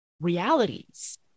realities